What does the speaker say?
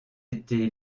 été